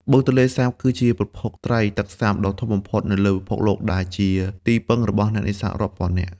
បឹងទន្លេសាប គឺជាប្រភពត្រីទឹកសាបដ៏ធំបំផុតនៅលើពិភពលោក ដែលជាទីពឹងរបស់អ្នកនេសាទរាប់ពាន់នាក់។